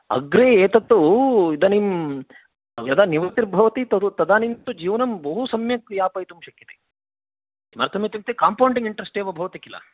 अग्रे एतत्तु इदानीं यदा निवृत्तिर्भवति तदानीं तु जीवनं बहु सम्यक् यापयितुं शक्यते किमर्थमित्युक्ते काम्पोण्डिङ्ग् इन्ट्रेस्ट् एव भवति खिल